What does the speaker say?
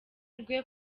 rwe